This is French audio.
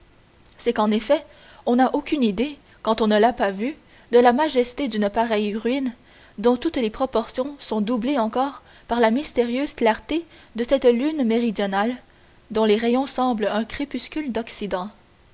c'est qu'en effet on n'a aucune idée quand on ne l'a pas vue de la majesté d'une pareille ruine dont toutes les proportions sont doublées encore par la mystérieuse clarté de cette lune méridionale dont les rayons semblent un crépuscule d'occident